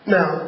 Now